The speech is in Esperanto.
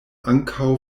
ankaŭ